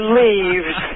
leaves